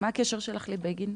מה הקשר שלך לבגין?